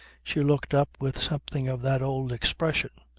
she looked up with something of that old expression.